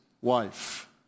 wife